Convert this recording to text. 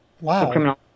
Wow